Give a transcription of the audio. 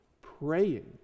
praying